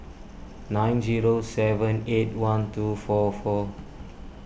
nine zero seven eight one two four four